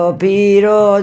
piro